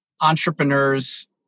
entrepreneurs